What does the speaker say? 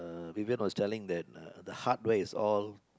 Vivian was telling that the hardware is all